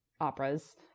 operas